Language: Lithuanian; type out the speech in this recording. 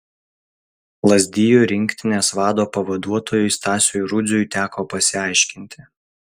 lazdijų rinktinės vado pavaduotojui stasiui rudziui teko pasiaiškinti